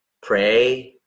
pray